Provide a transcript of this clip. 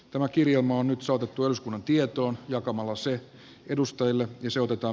tämä kirjelmä on nyt saatettu eduskunnan tietoon jakamalla se edustajille visioita